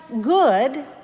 good